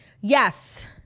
Yes